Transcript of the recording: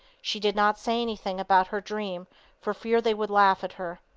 she did not say anything about her dream for fear they would laugh at her.